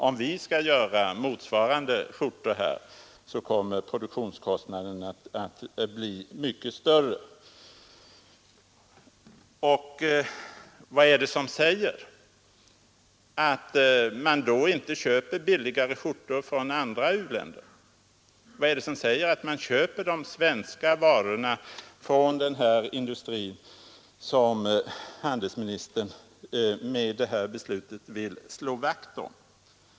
Om vi skall göra motsvarande skjortor kommer produktionskostnaden att bli mycket större. Och vad är det som säger att man då inte köper billigare skjortor från andra u-länder? Vad säger att man köper de svenska skjortorna från den industri som handelsministern med detta beslut vill slå vakt om?